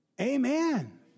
Amen